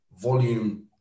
volume